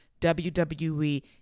WWE